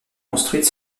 construite